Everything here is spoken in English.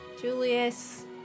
Julius